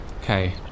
Okay